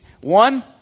one